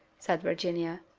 said virginia.